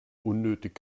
unnötig